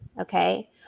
Okay